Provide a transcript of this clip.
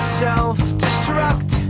self-destruct